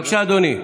בבקשה, אדוני.